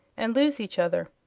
and lose each other.